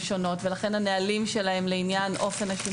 שונות ולכן הנהלים שלהם לעניין אופן ה-...